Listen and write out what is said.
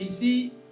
ici